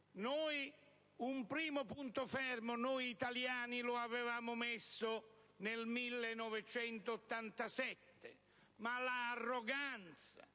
Un primo punto fermo noi italiani lo avevamo messo nel 1987, ma l'arroganza,